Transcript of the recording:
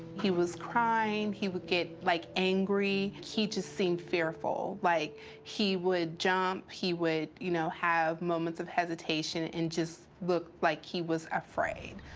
he was crying, he would get like angry. he just seemed fearful. like he would jump, he would you know have moments of hesitation, and just look like he was afraid.